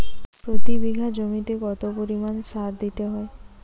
প্রতি বিঘা জমিতে কত পরিমাণ সার দিতে হয়?